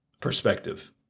perspective